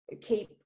keep